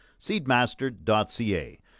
Seedmaster.ca